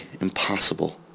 impossible